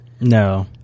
No